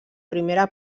primera